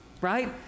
Right